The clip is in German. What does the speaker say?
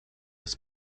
des